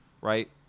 right